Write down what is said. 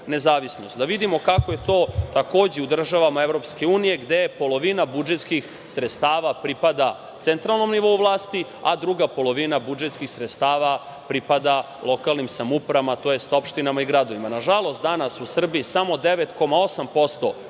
Da vidimo kako je to takođe u državama EU, gde polovina budžetskih sredstava pripada centralnom nivou vlasti, a druga polovina budžetskih sredstava pripada lokalnim samoupravama, tj. opštinama i gradovima. Nažalost, danas u Srbiji samo 9,8%